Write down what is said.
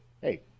Hey